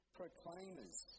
proclaimers